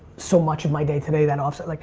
so much of my day, today that off-site, like